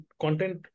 content